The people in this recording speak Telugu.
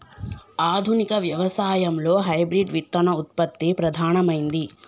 ఆధునిక వ్యవసాయం లో హైబ్రిడ్ విత్తన ఉత్పత్తి ప్రధానమైంది